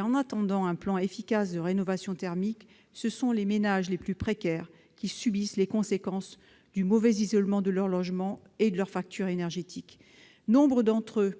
Dans l'attente d'un plan efficace de rénovation thermique, ce sont les ménages les plus précaires qui subissent les conséquences du mauvais isolement de leur logement sur leur facture énergétique. Nombre d'entre eux,